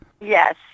Yes